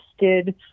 interested